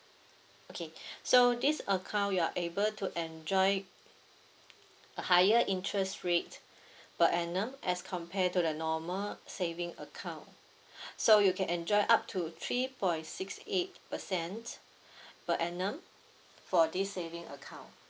okay so this account you're able to enjoy a higher interest rate per annum as compare to the normal saving account so you can enjoy up to three point six eight percent per annum for this saving account